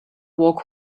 walk